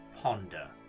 ponder